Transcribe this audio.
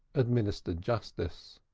administered justice.